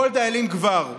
כל דאלים גבר.